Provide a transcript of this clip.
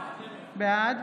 בעד